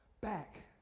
back